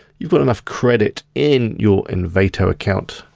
you've got enough credit in your envato account,